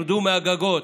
רדו מהגגות.